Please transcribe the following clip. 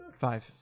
Five